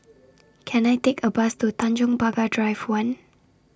Can I Take A Bus to Tanjong Pagar Drive one